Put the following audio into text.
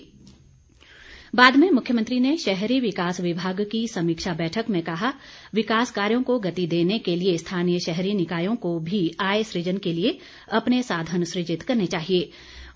जयराम बाद में मुख्यमंत्री ने शहरी विकास विभाग की समीक्षा बैठक में कहा विकास कार्यों को गति देने के लिए स्थानीय शहरी निकायों को भी आय सुजन के लिए अपने साधन सुजित करने के लिए कड़े प्रयास करने चाहिए